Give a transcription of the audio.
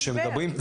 אז למה אתה אומר?